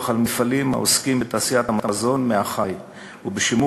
על מפעלים העוסקים בתעשיית המזון מהחי ובשימור